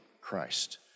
Christ